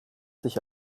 sich